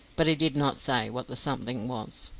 but he did not say what the something was.